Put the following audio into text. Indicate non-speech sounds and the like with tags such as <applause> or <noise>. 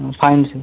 <unintelligible>